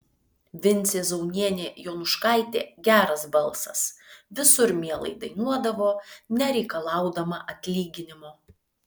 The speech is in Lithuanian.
vincė zaunienė jonuškaitė geras balsas visur mielai dainuodavo nereikalaudama atlyginimo